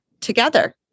together